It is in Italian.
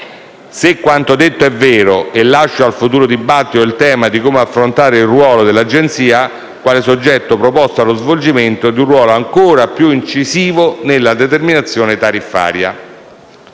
Se quanto detto è vero, lascio al futuro dibattito il tema di come affrontare il ruolo dell'Agenzia quale soggetto preposto allo svolgimento di un ruolo ancora più incisivo nella determinazione tariffaria.